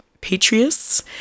Patriots